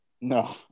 No